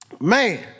Man